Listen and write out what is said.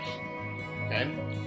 Okay